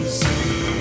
see